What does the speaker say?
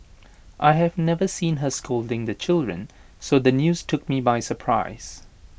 I have never seen her scolding the children so the news took me by surprise